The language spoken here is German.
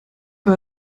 war